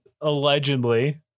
Allegedly